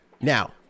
now